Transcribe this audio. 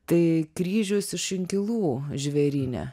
tai kryžius iš inkilų žvėryne